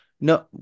no